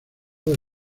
del